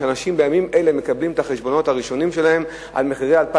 ובימים אלה אנשים מקבלים את החשבונות הראשונים שלהם ל-2010,